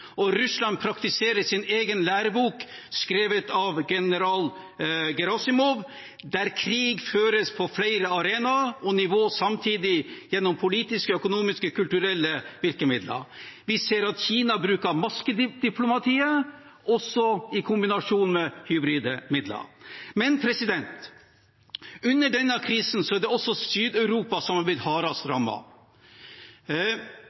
og Russland praktiserer sin egen lærebok, skrevet av general Gerasimov, der krig føres på flere arenaer og nivåer samtidig, gjennom politiske, økonomiske og kulturelle virkemidler. Vi ser at Kina bruker «maskediplomatiet», også i kombinasjon med hybride midler. Men også under denne krisen er det Sør-Europa som er blitt hardest